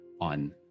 on